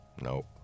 Nope